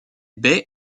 baie